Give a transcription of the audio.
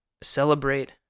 celebrate